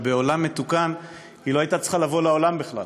בעולם מתוקן היא לא הייתה צריכה לבוא לעולם בכלל,